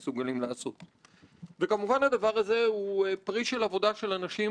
יושב-ראש הוועדה אתה פרלמנטר מעולה ממדרגה ראשונה.